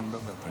כמו שאמרתי,